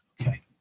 Okay